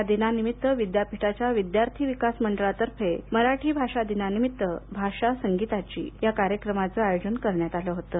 या दिनानिमित्त विद्यापीठाच्या विद्यार्थी विकास मंडळातर्फे मराठी भाषा दिनानिमित्त भाषा संगीताची या कार्यक्रमाचे आयोजन करण्यात आलं होतं